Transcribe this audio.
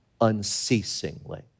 unceasingly